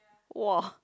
!wah!